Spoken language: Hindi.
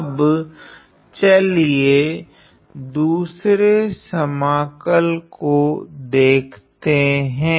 अब चलिए दूसरे समाकल को देखते है